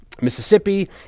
Mississippi